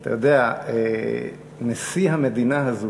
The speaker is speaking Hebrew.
אתה יודע, נשיא המדינה הזו,